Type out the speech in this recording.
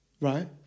right